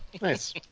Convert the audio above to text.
Nice